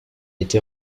été